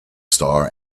star